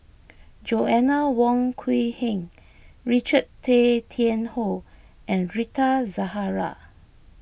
Joanna Wong Quee Heng Richard Tay Tian Hoe and Rita Zahara